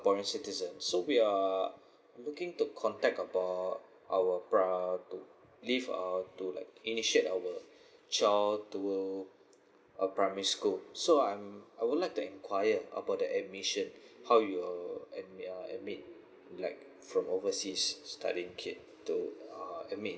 citizen so we are looking to contact about our pra~ uh leave uh to like initiate our child to a primary school so I'm I would like to enquire about the admission how you and uh admit like from overseas studying kid to uh admit